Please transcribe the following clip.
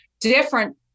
different